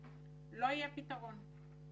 לא יהיה פתרון.